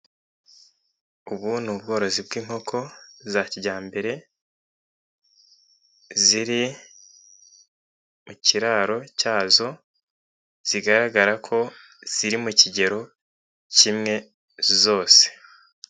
Ubu ni ubworozi bw'inkoko za kijyambere, ziri mu kiraro cyazo. Zigaragara ko ziri mu kigero kimwe zose.